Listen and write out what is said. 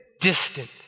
distant